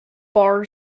barre